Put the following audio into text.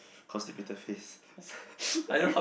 constipated face every